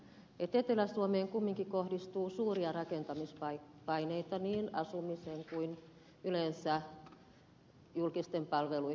etelä suomeen kumminkin kohdistuu suuria rakentamispaineita niin asumisen kuin yleensä julkisten palveluitten osalta